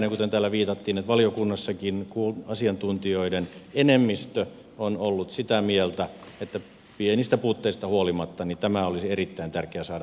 ja kuten täällä viitattiin valiokunnassakin asiantuntijoiden enemmistö on ollut sitä mieltä että pienistä puutteista huolimatta tämä olisi erittäin tärkeä saada hyväksyttyä